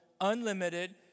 unlimited